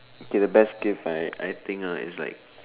okay the best gift I I think uh is like